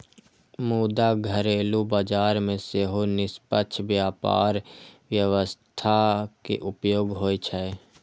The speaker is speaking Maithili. मुदा घरेलू बाजार मे सेहो निष्पक्ष व्यापार व्यवस्था के उपयोग होइ छै